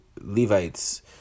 Levites